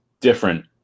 different